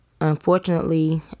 Unfortunately